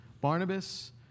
Barnabas